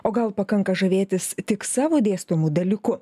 o gal pakanka žavėtis tik savo dėstomu dalyku